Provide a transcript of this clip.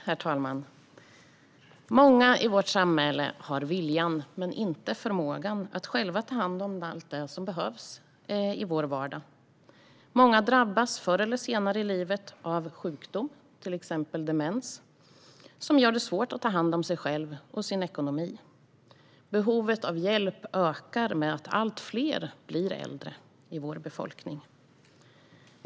Herr talman! Många i vårt samhälle har viljan men inte förmågan att själva ta hand om allt det som behövs i vår vardag. Många drabbas förr eller senare i livet av sjukdom, exempelvis demens, som gör det svårt att ta hand om sig själv och sin ekonomi. Behovet av hjälp ökar med att allt fler blir äldre i befolkningen.